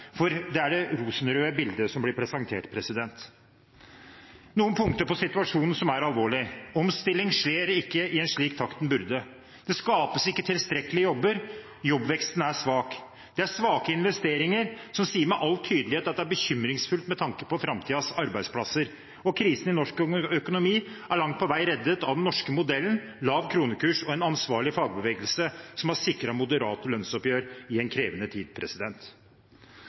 for det er det rosenrøde bildet som blir presentert. Noen punkter på situasjonen som er alvorlig: Omstilling skjer ikke i en slik takt som den burde. Det skapes ikke tilstrekkelig med jobber. Jobbveksten er svak. Det er svake investeringer, som sier med all tydelighet at det er bekymringsfullt med tanke på framtidens arbeidsplasser, og krisen i norsk økonomi er langt på vei reddet av den norske modellen, lav kronekurs og en ansvarlig fagbevegelse som har sikret moderate lønnsoppgjør i en krevende tid.